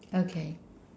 okay